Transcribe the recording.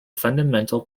fundamental